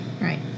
Right